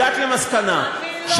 הגעת למסקנה,